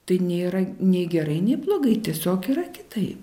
tai nėra nei gerai nei blogai tiesiog yra kitaip